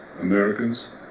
Americans